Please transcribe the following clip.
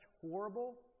horrible